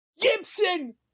Gibson